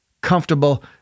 comfortable